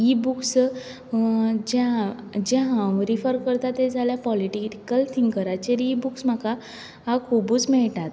इ books जें हांव जें हांव रिफर करतां तें जाल्यार पोलिटीकल थिंकराचेर इ बूक्स म्हाका हांव खुबच मेळटात